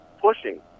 pushing